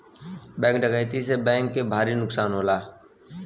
bank डकैती से bank के भारी नुकसान होला